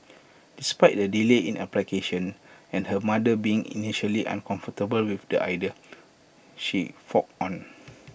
despite the delay in application and her mother being initially uncomfortable with the idea she forged on